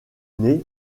nez